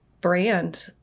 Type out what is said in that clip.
brand